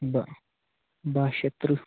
بہٕ بہہ شَتھ تٕرٛہ